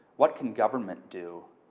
what can government do?